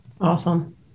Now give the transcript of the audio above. awesome